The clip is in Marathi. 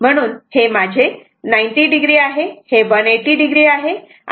म्हणून हे माझे 90o आहे हे 180 o आहे आणि हे 270 o आहे